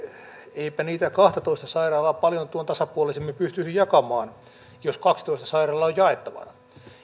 eipä niitä kahtatoista sairaalaa paljon tuon tasapuolisemmin pystyisi jakamaan jos kaksitoista sairaalaa on jaettavana